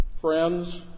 friends